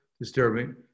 disturbing